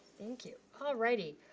thank you. alrighty.